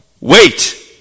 wait